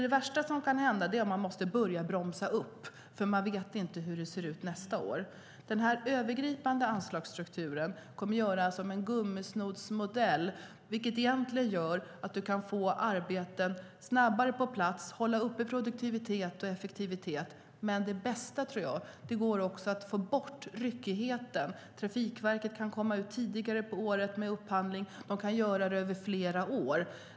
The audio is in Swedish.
Det värsta som kan hända är att man måste börja bromsa eftersom man inte vet hur det ser ut nästa år. Den övergripande anslagsstrukturen kommer att vara som en gummisnoddsmodell, vilket gör att du kan få arbeten snabbare på plats, hålla uppe produktivitet och effektivitet. Det bästa är att det går att få bort ryckigheten. Trafikverket kan komma ut tidigare på året med upphandling och kan göra upphandlingar över flera år.